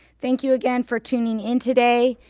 thank you again for tuning in today.